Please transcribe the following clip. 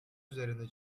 üzerinde